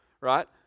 right